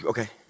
Okay